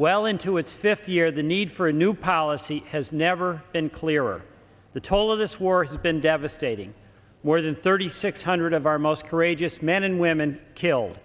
well into its fifth year the need for a new policy has never been clearer the toll of this war has been devastating more than thirty six hundred of our most courageous men and women killed